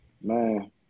Man